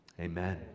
Amen